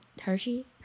Hershey